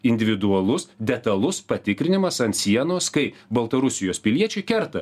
individualus detalus patikrinimas ant sienos kai baltarusijos piliečiai kerta